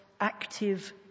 active